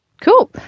cool